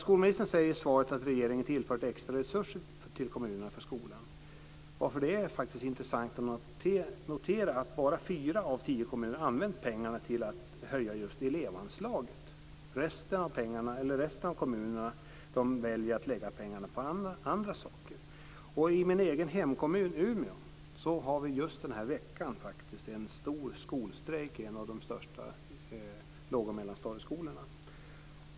Skolministern säger i svaret att regeringen tillfört extra resurser till kommunerna för skolan. Det är intressant att notera att bara fyra av tio kommuner använt pengarna till att höja just elevanslaget. Resten av kommunerna väljer att lägga pengarna på annat. I min egen hemkommun, Umeå, har vi just den här veckan en stor skolstrejk i en av de största lågoch mellanstadieskolorna.